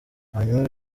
hanyuma